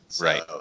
Right